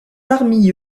parmi